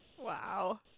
Wow